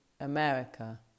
America